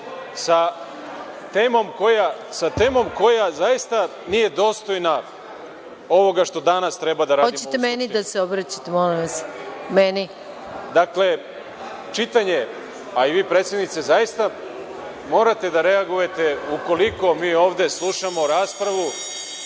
sa temom koja zaista nije dostojna ovoga što danas treba da radimo. **Maja Gojković** Hoćete li meni da se obraćate, molim vas? **Goran Ćirić** Dakle, čitanje, a i vi predsednice zaista morate da reagujete ukoliko mi ovde slušamo raspravu